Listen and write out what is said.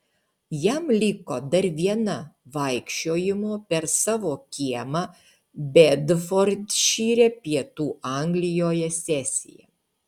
jam liko dar viena vaikščiojimo per savo kiemą bedfordšyre pietų anglijoje sesija